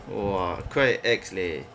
!wah! quite ex leh